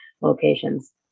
locations